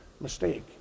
mistake